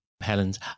Helen's